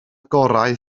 gorau